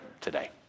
today